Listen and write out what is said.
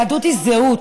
יהדות היא זהות,